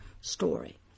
story